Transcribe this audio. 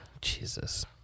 Jesus